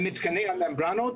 למתקני הממברנות,